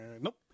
nope